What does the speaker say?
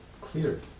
clear